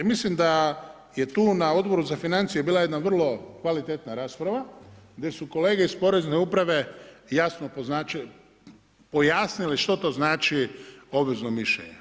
Mislim da je tu na Odboru za financije bila jedna vrlo kvalitetna rasprava gdje su kolege iz porezne uprave jasno pojasnile što to znači obvezno mišljenje.